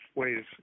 ways